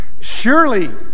Surely